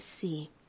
see